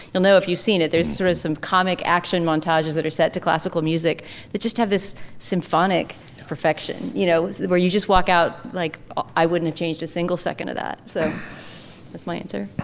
you know if you've seen it there's tourism comic action montages that are set to classical music that just have this symphonic perfection you know where you just walk out like i wouldn't have changed a single second of that so that's my answer.